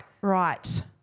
right